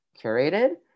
curated